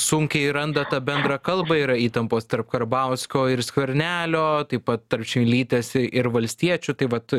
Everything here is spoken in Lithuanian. sunkiai randa tą bendrą kalbą yra įtampos tarp karbauskio ir skvernelio taip pat tarp čmilytės ir valstiečių tai vat